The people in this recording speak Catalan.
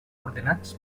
ordenats